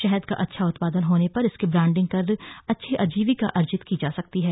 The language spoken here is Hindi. शहद का अच्छा उत्पादन होने पर इसकी ब्रान्डिंग कर अच्छी आजीविका अर्जित की जा सकती है